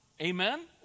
Amen